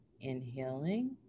inhaling